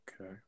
okay